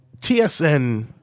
TSN